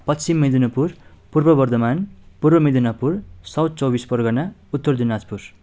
पश्चिम मेदिनीपुर पूर्व बर्दमान पूर्व मेदिनीपुर साउथ चौबिस परगना उत्तर दिनाजपुर